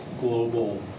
global